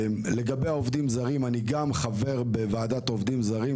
לגבי העובדים הזרים אני גם חבר בוועדת עובדים זרים,